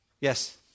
Yes